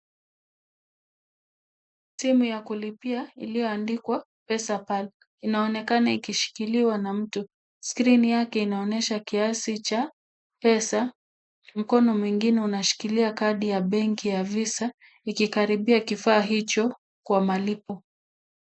Simu ya kulipia iliyoandikwa pesapal inaonekana ikishikiliwa na mtu. Srini yake inaonesha kiasi cha pesa, mkono mwingine unashikilia kadi ya benki ya visa ikikaribia kifaa hicho kwa malipo.